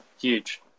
Huge